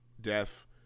Death